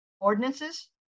ordinances